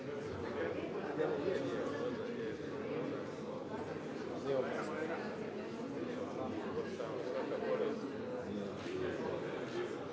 Hvala vama.